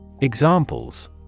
Examples